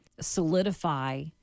solidify